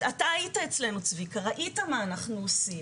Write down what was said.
אתה היית אצלנו צביקה, ראית מה אנחנו עושים.